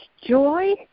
joy